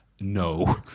No